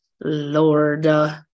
Lord